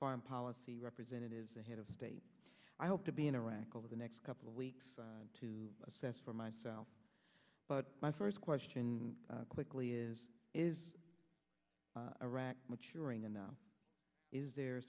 foreign policy representatives the head of state i hope to be in iraq over the next couple of weeks to assess for myself but my first question quickly is is iraq maturing and is the